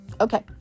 Okay